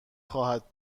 خواهد